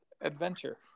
adventure